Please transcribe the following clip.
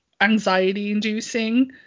Anxiety-inducing